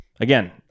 Again